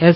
S